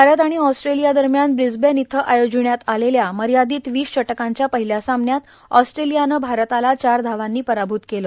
भारत आणि ऑस्ट्रेलिया दरम्यान ब्रिसबेन इथं आयोजिण्यात आलेल्या मर्यादित वीस षटकांच्या पहिल्या सामन्यात ऑस्ट्रेलियानं भारताला चार धावांनी पराभूत केलं